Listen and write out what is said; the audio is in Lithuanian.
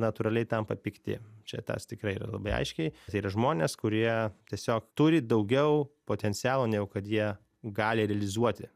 natūraliai tampa pikti čia tas tikrai yra labai aiškiai tai yra žmonės kurie tiesiog turi daugiau potencialo negu kad jie gali realizuoti